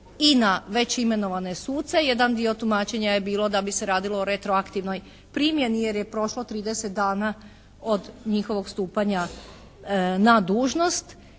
i na već imenovane suce. Jedan dio tumačenja je bilo da bi se radilo o retroaktivnoj primjeni, jer je prošlo 30 dana od njihovog stupanja na dužnost